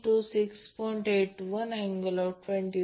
म्हणून हे 3 six point current magnitude 6